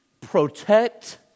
protect